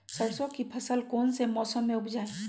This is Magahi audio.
सरसों की फसल कौन से मौसम में उपजाए?